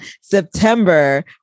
September